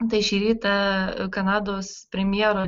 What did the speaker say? tai šį rytą kanados premjero